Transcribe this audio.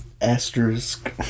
asterisk